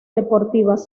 deportivas